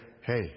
Hey